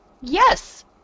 Yes